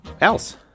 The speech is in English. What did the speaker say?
else